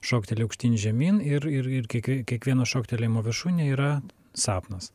šokteli aukštyn žemyn ir ir ir kiekvie kiekvieno šoktelėjimo viršūnė yra sapnas